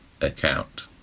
account